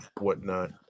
whatnot